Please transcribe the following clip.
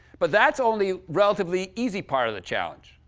but that's only relatively easy part of the challenge.